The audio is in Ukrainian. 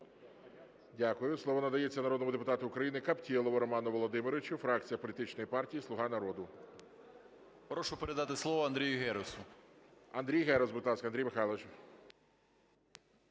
Дякую. Слово надається народному депутату України Каптєлову Роману Володимировичу, фракція політичної партії "Слуга народу". 14:29:32 КАПТЄЛОВ Р.В. Прошу передати слово Андрію Герусу, ГОЛОВУЮЧИЙ. Андрій Герус, будь ласка, Андрій Михайлович.